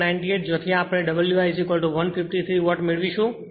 98 જ્યાંથી આપણે W i 153 watt મેળવીશું